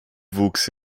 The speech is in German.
wuchs